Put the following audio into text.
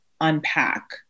unpack